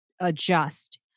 adjust